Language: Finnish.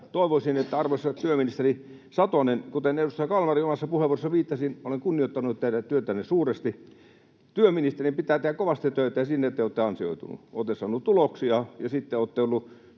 toivoisin, että... Arvoisa työministeri Satonen, kuten edustaja Kalmari omassa puheenvuorossaan viittasi, olen kunnioittanut teidän työtänne suuresti. Työministerin pitää tehdä kovasti töitä, ja siinä te olette ansioitunut. Olette saanut tuloksia ja sitten olette ollut